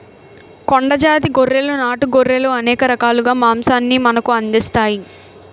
కొండ జాతి గొర్రెలు నాటు గొర్రెలు అనేక రకాలుగా మాంసాన్ని మనకు అందిస్తాయి